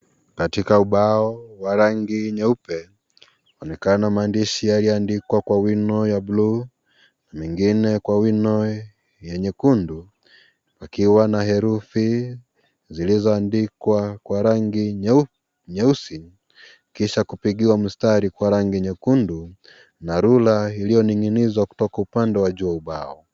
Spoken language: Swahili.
Katika ubao wa rangi nyeupe yaonekana maandishi yalioandikwa kwa wino ya bluu na mengine kwa wino ya nyekundu ,pakiwa na herufi zilizo andikwa kwa rangi nyeusi kisha kupigiwa mistari kwa rangi nyekundu na rula iliyoninginizwa kutoka upande wa juu wa ubao.